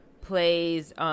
plays